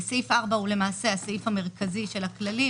סעיף 4 הוא הסעיף המרכזי של הכללים.